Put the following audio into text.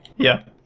yeah